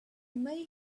may